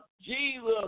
Jesus